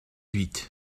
huit